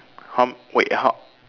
how wait how